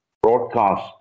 Broadcast